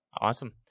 Awesome